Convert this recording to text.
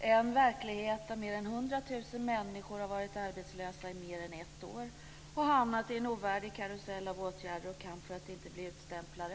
Det är en verklighet där mer än 100 000 människor har varit arbetslösa mer än ett år och har hamnat i en ovärdig karusell av åtgärder och kamp för att inte bli utstämplade,